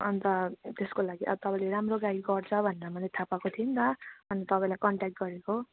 अन्त त्यसको लागि अब तपाईँले राम्रो गाइड गर्छ भनेर मैले थाहा पाएको थिएँ नि त अन्त तपाईँलाई कन्ट्याक्ट गरेको